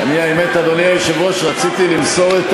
האמת, אדוני היושב-ראש, רציתי למסור את